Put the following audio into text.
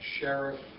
sheriff